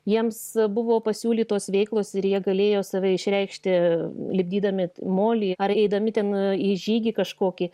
jiems buvo pasiūlytos veiklos ir jie galėjo save išreikšti lipdydami molį ar eidami ten į žygį kažkokį